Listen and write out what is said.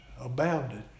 Abounded